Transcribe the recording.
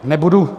Nebudu